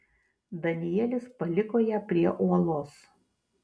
danielis paliko ją prie uolos